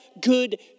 good